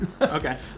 Okay